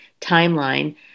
timeline